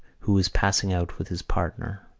who was passing out with his partner,